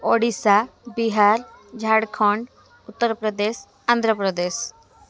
Odisha Bihar Jharkhand Uttar Pradesh Andhra Pradesh